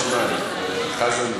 אז עוד שניים: חזן,